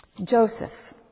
Joseph